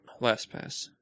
LastPass